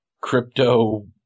crypto –